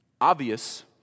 Obvious